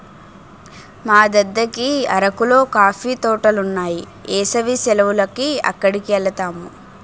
మా దద్దకి అరకులో కాఫీ తోటలున్నాయి ఏసవి సెలవులకి అక్కడికెలతాము